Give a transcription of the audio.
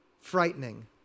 frightening